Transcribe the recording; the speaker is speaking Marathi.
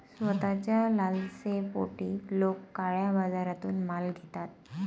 स्वस्ताच्या लालसेपोटी लोक काळ्या बाजारातून माल घेतात